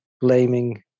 blaming